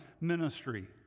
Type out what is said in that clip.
ministry